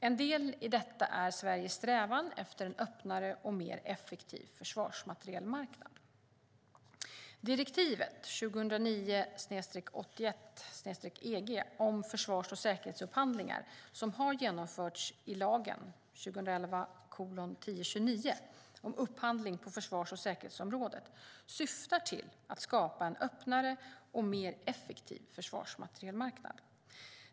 En del i detta är Sveriges strävan efter en öppnare och mer effektiv försvarsmaterielmarknad. Direktiv 2009 EG om försvars och säkerhetsupphandlingar, som har genomförts i lagen om upphandling på försvars och säkerhetsområdet, syftar till att skapa en öppnare och mer effektiv försvarsmaterielmarknad.